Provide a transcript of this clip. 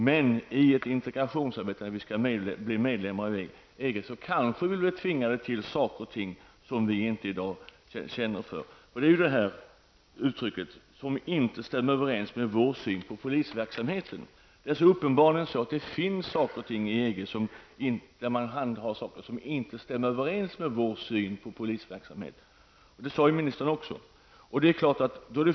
Vid ett integrationsarbete som förebereder ett medlemskap i EG blir vi kanske tvingade till någonting som vi inte känner för. Uttrycket ''som inte stämmer med överens med vår syn på polisverksamheten'' visar att det uppenbarligen finns saker och ting inom EG som inte stämmer överens med vår syn på polisverksamhet, och det sade ju också ministern.